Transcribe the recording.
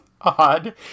odd